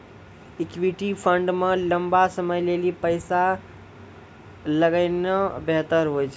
equity fund मे लंबा समय लेली पैसा लगौनाय बेहतर हुवै छै